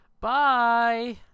Bye